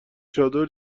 چادر